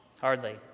Hardly